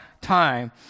time